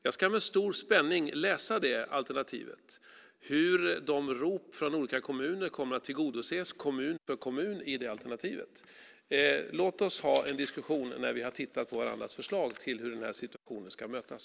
Jag ska med stor spänning läsa det alternativet och se hur de olika ropen från olika kommuner kommer att mötas kommun för kommun i det alternativet. Låt oss ha en diskussion när vi har tittat på varandras förslag till hur situationen ska mötas.